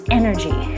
energy